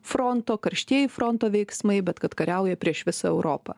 fronto karštieji fronto veiksmai bet kad kariauja prieš visą europą